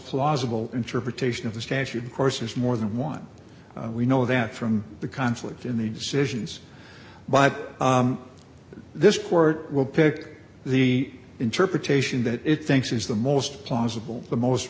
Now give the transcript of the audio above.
plausible interpretation of the statute of course is more than one we know that from the conflict in the decisions by this court will pick the interpretation that it thinks is the most plausible the most